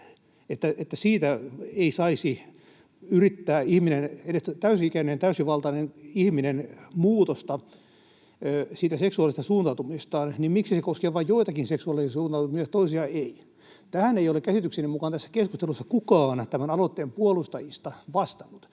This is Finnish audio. että ihminen, edes täysi-ikäinen ja täysivaltainen ihminen, ei saisi yrittää muutosta siitä seksuaalisesta suuntautumisestaan mutta se koskee vain joitakin seksuaalisia suuntautumisia ja toisia ei. Tähän ei ole käsitykseni mukaan tässä keskustelussa kukaan tämän aloitteen puolustajista vastannut